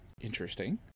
interesting